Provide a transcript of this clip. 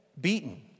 beaten